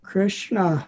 Krishna